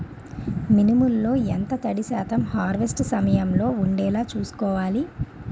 మినుములు లో ఎంత తడి శాతం హార్వెస్ట్ సమయంలో వుండేలా చుస్కోవాలి?